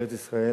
בארץ-ישראל,